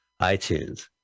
iTunes